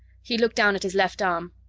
he looked down at his left arm.